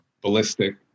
ballistic